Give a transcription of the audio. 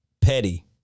Petty